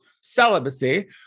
celibacy